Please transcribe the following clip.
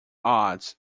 odds